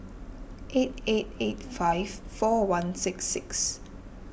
eight eight eight five four one six six